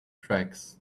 tracks